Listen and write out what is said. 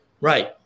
Right